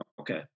Okay